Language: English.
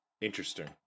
Interesting